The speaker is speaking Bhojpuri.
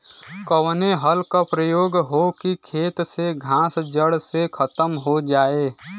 कवने हल क प्रयोग हो कि खेत से घास जड़ से खतम हो जाए?